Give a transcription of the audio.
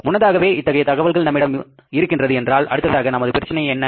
முன்னதாகவே இத்தகைய தகவல்கள் நம்மிடம் இருக்கிறது என்றால் அடுத்ததாக நமது பிரச்சனை என்ன